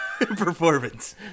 performance